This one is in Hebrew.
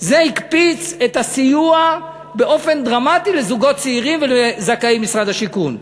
זה הקפיץ באופן דרמטי את הסיוע לזוגות צעירים ולזכאי משרד השיכון.